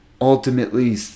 ultimately